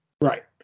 Right